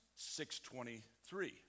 6.23